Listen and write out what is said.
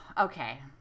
Okay